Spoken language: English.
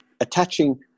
attaching